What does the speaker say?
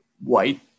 white